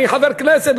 אני חבר כנסת.